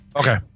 Okay